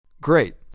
Great